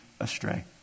astray